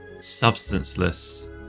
substanceless